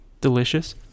Delicious